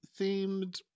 themed